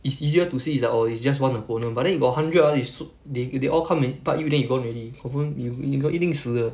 it's easier to see it's like oh it's just one opponent but then you got hundred ah it's su~ they they all come and bite you then you gone already confirm y~ you 一定死的